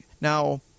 Now